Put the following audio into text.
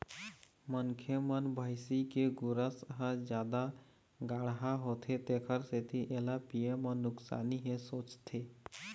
मनखे मन भइसी के गोरस ह जादा गाड़हा होथे तेखर सेती एला पीए म नुकसानी हे सोचथे